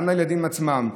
גם לילדים עצמם,